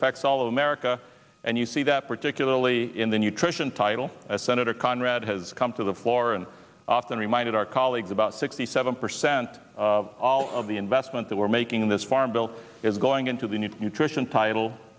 affects all of america and you see that particularly in the nutrition title as senator conrad has come to the floor and often reminded our colleagues about sixty seven percent of all of the investment that we're making in this farm bill is going into the nutrition title